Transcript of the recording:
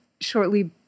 shortly